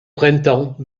printemps